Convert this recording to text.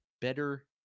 better